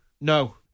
No